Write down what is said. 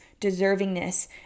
deservingness